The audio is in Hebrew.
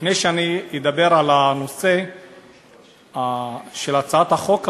לפני שאני אדבר על הנושא של הצעת החוק הזאת,